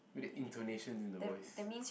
with a intonation in the voice